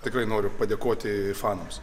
tikrai noriu padėkoti fanams